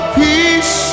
peace